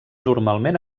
normalment